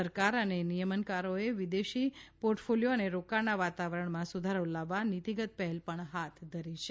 સરકાર અને નિયમનકારોએ વિદેશી પોર્ટફોલિયો અને રોકાણના વાતાવરણમાં સુધારો લાવવા નીતિગત પહેલ પણ હાથ ધરી છે